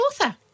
author